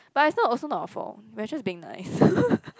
but it's not also not our fault we're just being nice